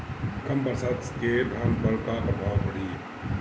कम बरसात के धान पर का प्रभाव पड़ी?